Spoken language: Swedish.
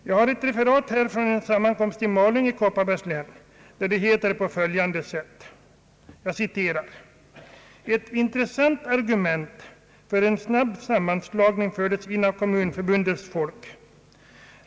Jag har ett referat från en sammankomst i Malung i Kopparbergs län, där det heter på följande sätt: »Ett intressant argument för en snabb sammanslagning fördes in av kommunförbundets folk.